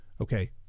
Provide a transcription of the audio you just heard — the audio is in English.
okay